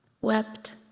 wept